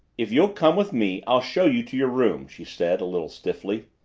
if you'll come with me, i'll show you to your room, she said a little stiffly.